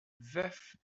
veuf